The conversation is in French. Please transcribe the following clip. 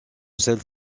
celle